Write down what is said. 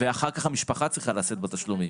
ואחר כך המשפחה צריכה לשאת בתשלומים.